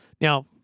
Now